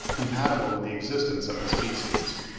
compatible with the existence of the species.